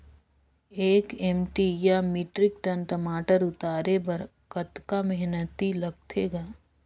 एक एम.टी या metric tonne टमाटर उतारे बर कतका मेहनती लगथे ग?